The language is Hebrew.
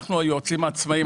אנחנו היועצים העצמאיים,